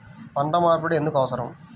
పంట మార్పిడి ఎందుకు అవసరం?